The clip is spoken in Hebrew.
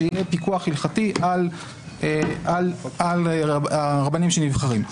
שיהיה פיקוח הלכתי על הרבנים שנבחרים.